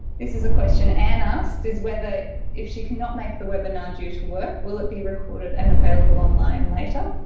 this is a question anne ah asked, whether if she cannot make the webinar due to work will it be recorded and available online later?